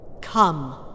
Come